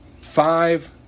five